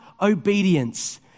obedience